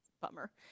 Bummer